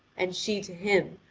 and she to him,